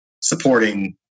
supporting